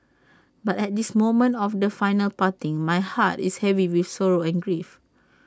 but at this moment of the final parting my heart is heavy with sorrow and grief